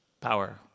power